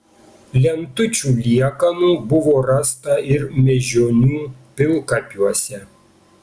lentučių liekanų buvo rasta ir mėžionių pilkapiuose